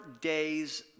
days